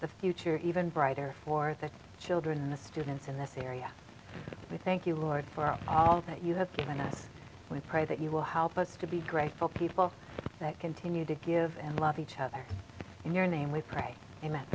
the future even brighter for the children the students in this area we thank you lord for all that you have given us when pray that you will help us to be grateful people that continue to give and love each other in your name we pray in m